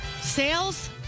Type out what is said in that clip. Sales